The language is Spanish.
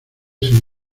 saint